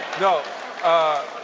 no